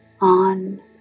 on